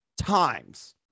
times